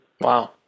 Wow